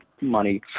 money